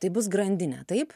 tai bus grandinė taip